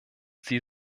sie